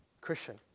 Christian